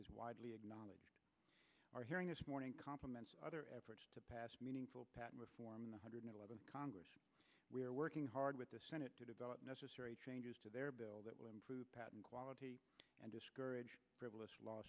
is widely acknowledged our hearing this morning compliments other efforts to pass meaningful patent reform one hundred eleventh congress we are working hard with the senate to develop necessary changes to their bill that will improve patent quality and discourage frivolous law